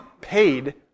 paid